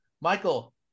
Michael